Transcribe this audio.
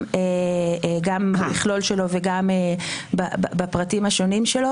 גם המכלול שלו וגם בפרטים השונים שלו